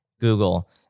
Google